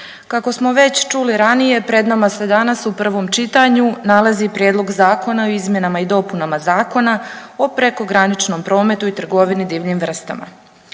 Kako smo već čuli ranije pred nama se danas u prvom čitanju nalazi Prijedlog zakona o izmjenama i dopunama Zakona o prekograničnom prometu i trgovini divljim vrstama.